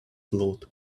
float